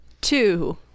Two